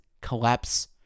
collapse